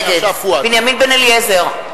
נגד בנימין בן-אליעזר,